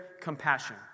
compassion